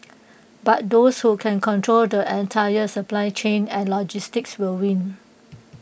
but those who can control the entire supply chain and logistics will win